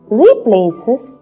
replaces